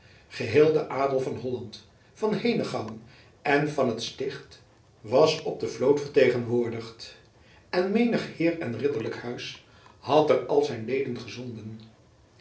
geheel de adel van holland van henegouwen en van het sticht was op de vloot vertegenwoordigd en menig heer en ridderlijk huis had er al zijn leden gezonden